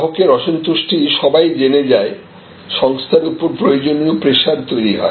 গ্রাহকের অসন্তুষ্টি সবাই জেনে যায় সংস্থার উপর প্রয়োজনীয় প্রেসার তৈরি হয়